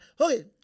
Okay